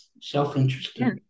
self-interested